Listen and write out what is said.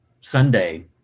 Sunday